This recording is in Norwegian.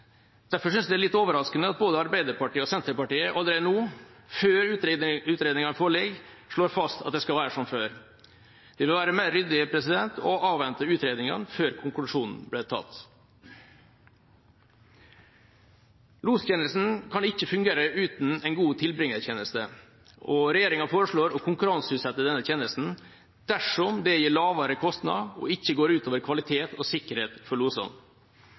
Derfor synes jeg det er litt overraskende at både Arbeiderpartiet og Senterpartiet allerede nå, før utredningene foreligger, slår fast at det skal være som før. Det ville vært mer ryddig å avvente utredningen før konklusjonen ble trukket. Lostjenesten kan ikke fungere uten en god tilbringertjeneste. Regjeringa foreslår å konkurranseutsette denne tjenesten dersom det gir lavere kostnad og ikke går ut over kvalitet og sikkerhet for